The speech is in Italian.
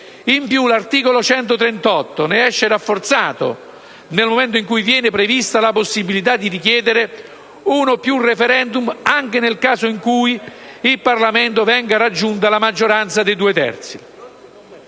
In più, l'articolo 138 ne esce rafforzato nel momento in cui viene prevista la possibilità di richiedere uno o più *referendum*, anche nel caso in cui in Parlamento venga raggiunta la maggioranza dei due terzi.